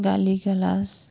গালি গালাজ